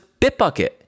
Bitbucket